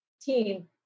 team